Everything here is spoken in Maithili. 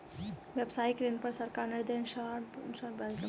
व्यवसायिक ऋण पर सरकारक निर्देशानुसार ब्याज लगैत छै